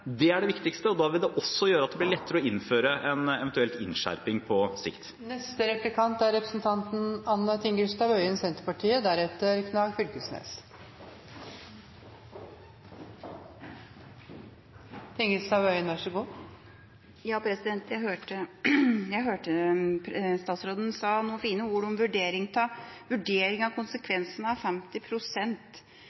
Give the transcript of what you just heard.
Det er det viktigste. Det vil også gjøre at det blir lettere å innføre en eventuell innskjerping på sikt. Jeg hørte statsråden si noen fine ord om vurdering av konsekvensene av at 50 pst. i barnehagene skal ha barnefaglig kompetanse. Jeg